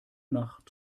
nacht